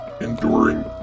enduring